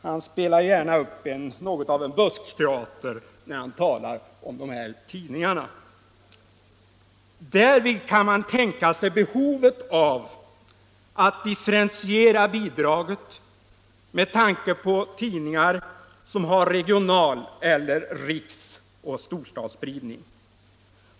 Han spelar gärna upp något av en buskteater när han talar om dessa tidningar. Man kan tänka sig att det behövs en differentiering av bidraget med hänsyn till om det gäller tidningar med regional spridning eller med rikseller storstadsspridning.